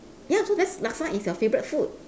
ya so that's laksa is your favourite food